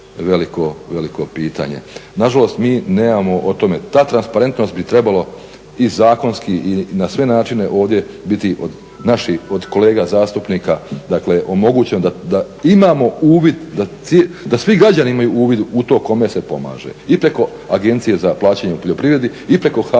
veliko, veliko pitanje. Nažalost mi nemamo o tome, ta transparentnost bi trebala i zakonski i na sve načine ovdje biti naši od kolega zastupnika, dakle omogućen da imamo uvid, da svi građani imaju uvid u to kome se pomaže i preko Agencije za plaćanje poljoprivredi i preko